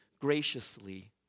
graciously